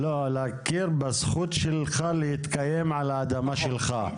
להכיר בזכות שלך להתקיים על האדמה שלך.